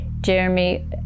Jeremy